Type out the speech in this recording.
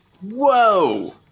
Whoa